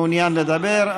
מעוניין לדבר.